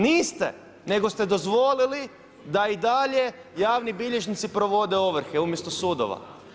Niste, nego ste dozvolili da i dalje javni bilježnici provode ovrhe umjesto sudova.